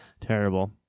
Terrible